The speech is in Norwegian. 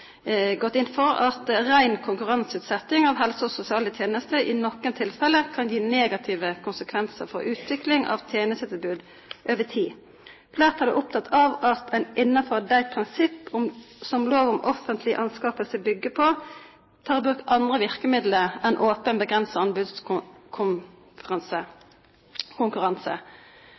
gått inn for at ren konkurranseutsetting av helsetjenester og sosiale tjenester i noen tilfeller kan gi negative konsekvenser for utvikling av tjenestetilbud over tid. Flertallet er opptatt av at en innenfor de prinsipper som lov om offentlige anskaffelser bygger på, tar i bruk andre virkemidler enn åpen,